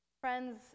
Friends